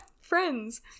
Friends